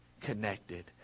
connected